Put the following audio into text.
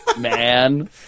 Man